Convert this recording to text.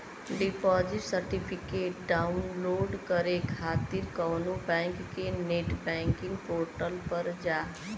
deposit certificate download करे खातिर कउनो बैंक के नेट बैंकिंग पोर्टल पर जा